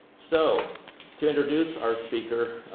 so to introduce our speaker,